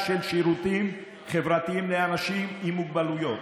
של שירותים חברתיים לאנשים עם מוגבלויות,